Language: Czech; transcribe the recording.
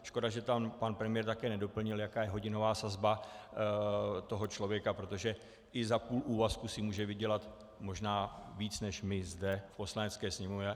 Škoda, že tam pan premiér také nedoplnil, jaká je hodinová sazba toho člověka, protože i za půl úvazku si může vydělat možná víc než my zde v Poslanecké sněmovně.